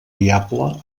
viable